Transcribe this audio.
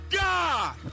God